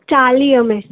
चालीह में